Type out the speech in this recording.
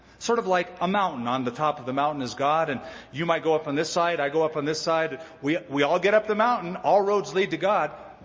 sort of like a mountain. on the top of the mountain is god, and you might go up on this side, i go up on this side. we we all get up the mountain. all roads lead to god.